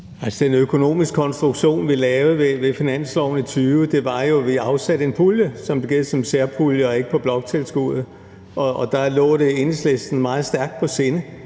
den økonomiske konstruktion, vi lavede ved finansloven i 2020, var jo, at vi afsatte en pulje, som blev givet som særpulje og ikke på bloktilskuddet, og der lå det Enhedslisten meget stærkt på sinde,